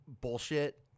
bullshit